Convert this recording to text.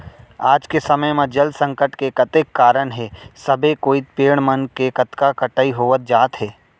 आज के समे म जल संकट के कतेक कारन हे सबे कोइत पेड़ मन के कतका कटई होवत जात हे